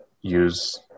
use